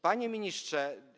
Panie Ministrze!